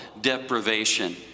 deprivation